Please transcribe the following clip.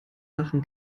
lachen